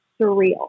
surreal